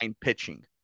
pitching